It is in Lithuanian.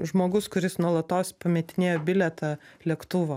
žmogus kuris nuolatos pametinėja bilietą lėktuvo